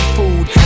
food